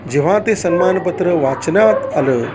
जेव्हा ते सन्मानपत्र वाचनात आलं